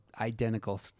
identical